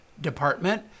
department